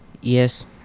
Yes